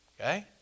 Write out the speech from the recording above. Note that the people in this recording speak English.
Okay